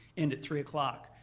end three o'clock.